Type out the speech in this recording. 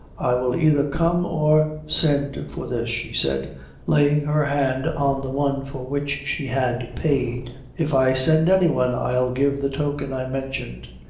i will either come or send for this, she said laying her hand on the one for which she had paid. if i send any one, i'll give the token i mentioned.